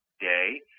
day